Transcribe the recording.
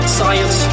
science